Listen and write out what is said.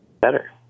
better